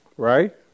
Right